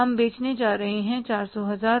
हम बेचने जा रहे हैं 400 हजार